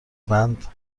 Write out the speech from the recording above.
بند